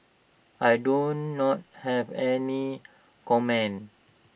I do not have any comment